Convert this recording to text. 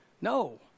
No